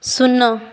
ଶୂନ